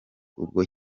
ubwo